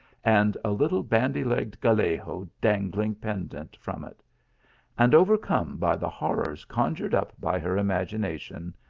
and a little bandy-legged gallego dangling pendant from it and, overcome by the horrors conjured up by her imagination,